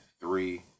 three